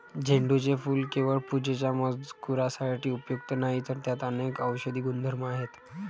झेंडूचे फूल केवळ पूजेच्या मजकुरासाठी उपयुक्त नाही, तर त्यात अनेक औषधी गुणधर्म आहेत